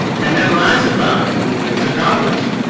and then lies about it into congress